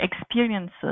experiences